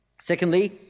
Secondly